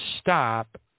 stop